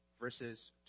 verses